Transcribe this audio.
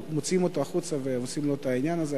מוציאים אותו החוצה ועושים לו את העניין הזה?